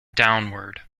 downward